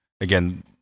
again